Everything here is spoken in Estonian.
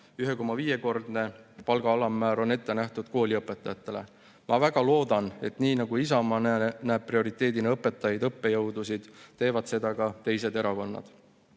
1,5‑kordne palga alammäär on ette nähtud kooliõpetajatele. Ma väga loodan, et nii nagu Isamaa näeb prioriteedina õpetajaid ja õppejõudusid, teevad seda ka teised erakonnad,